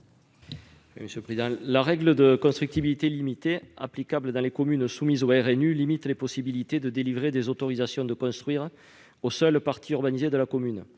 La règle de « constructibilité limitée » applicable dans les communes soumises au RNU limite les possibilités de délivrer des autorisations de construire aux seules parties urbanisées de la commune.